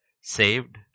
saved